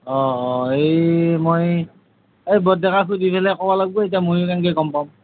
অঁ অঁ এই মই এই এই বৰডেকাৰটো দি পেলে কব লাগিব এতিয়া ময়ো কেনেকে গম পাম